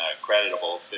creditable